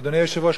אדוני היושב-ראש,